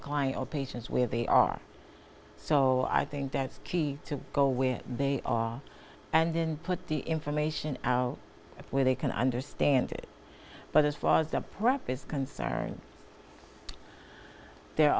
client or patients where they are so i think that's key to go where they are and then put the information where they can understand it but as far as the prep is concerned there